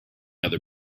other